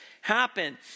happen